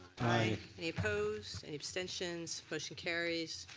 aye. any opposed? any abstentions? motion carries.